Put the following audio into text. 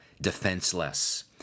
defenseless